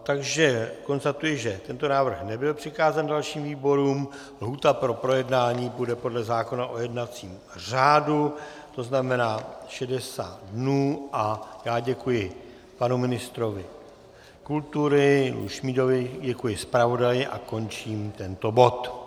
Takže konstatuji, že tento návrh nebyl přikázán dalším výborům, lhůta pro projednání bude podle zákona o jednacím řádu, to znamená 60 dnů, a já děkuji panu ministrovi kultury Iljovi Šmídovi, děkuji zpravodaji a končím tento bod.